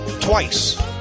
twice